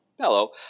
Hello